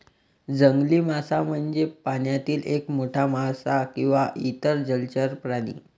जंगली मासा म्हणजे पाण्यातील एक मोठा मासा किंवा इतर जलचर प्राणी